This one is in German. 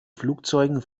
flugzeugen